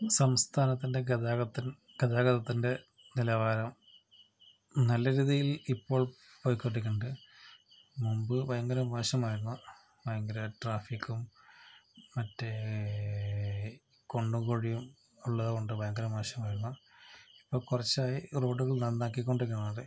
സംസ്ഥാനത്തിൻ്റെ ഗതാഗതത്തിൽ ഗതാഗതത്തിൻ്റെ നിലവാരം നല്ല ഗതിയിൽ ഇപ്പോൾ പോയിക്കൊണ്ടിരിക്കുന്നുണ്ട് മുമ്പ് ഭയങ്കര മോശമായിരുന്നു ഭയങ്കര ട്രാഫിക്കും മറ്റേ കുണ്ടും കുഴിയും ഉള്ളതുകൊണ്ട് ഭയങ്കര മോശമായിരുന്നു ഇപ്പോൾ കുറച്ചായി റോഡുകൾ നന്നാക്കിക്കൊണ്ട്